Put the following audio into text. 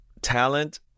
talent